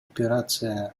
операция